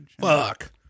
Fuck